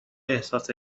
احساس